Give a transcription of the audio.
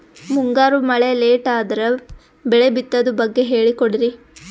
ಮುಂಗಾರು ಮಳೆ ಲೇಟ್ ಅದರ ಬೆಳೆ ಬಿತದು ಬಗ್ಗೆ ಹೇಳಿ ಕೊಡಿ?